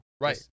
Right